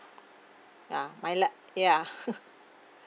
uh my la~ yeah